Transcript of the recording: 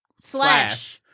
Slash